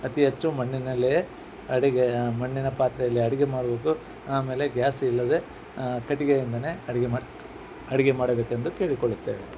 ಅತಿ ಹೆಚ್ಚು ಮಣ್ಣಿನಲ್ಲೇ ಅಡುಗೆಯ ಮಣ್ಣಿನ ಪಾತ್ರೆಯಲ್ಲಿ ಅಡುಗೆ ಮಾಡಬೇಕು ಆಮೇಲೆ ಗ್ಯಾಸ್ ಇಲ್ಲದೆ ಕಟ್ಟಿಗೆಯಿಂದನೆ ಅಡುಗೆ ಮಾಡಿ ಅಡುಗೆ ಮಾಡಬೇಕೆಂದು ಕೇಳಿಕೊಳ್ಳುತ್ತೇವೆ